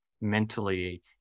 mentally